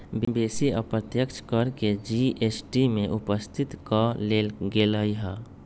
बेशी अप्रत्यक्ष कर के जी.एस.टी में उपस्थित क लेल गेलइ ह्